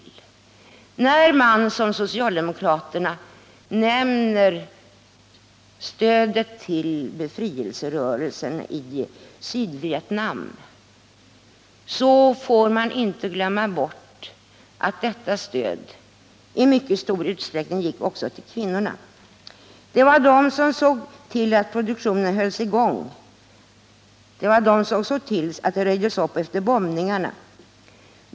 När man, som de socialdemokratiska reservanterna gör, nämner stödet till befrielserörelsen i Sydvietnam får man inte glömma bort att detta stöd i mycket stor utsträckning gick också till kvinnorna. Det var de som såg till att produktionen hölls i gång och att det röjdes upp efter bombningarna.